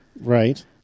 Right